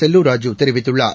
செல்லூர் ராஜூ தெரிவித்துள்ளார்